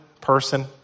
person